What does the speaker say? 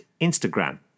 Instagram